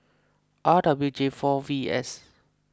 R W J four V S